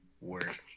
work